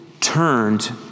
turned